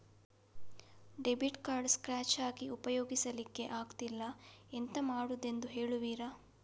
Debit card scratch ಆಗಿ ಉಪಯೋಗಿಸಲ್ಲಿಕ್ಕೆ ಆಗ್ತಿಲ್ಲ, ಎಂತ ಮಾಡುದೆಂದು ಹೇಳುವಿರಾ?